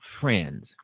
friends